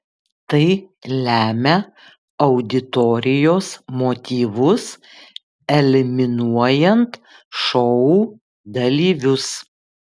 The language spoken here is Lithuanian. tai lemia auditorijos motyvus eliminuojant šou dalyvius